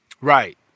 Right